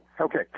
Okay